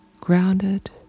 grounded